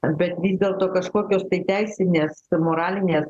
bet vis dėlto kažkokios tai teisinės moralinės